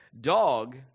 Dog